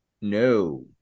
No